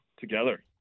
together